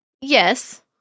yes